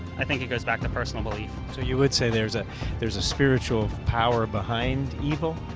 it goes back to personal belief. so you would say, theres ah theres a spiritual power behind evil?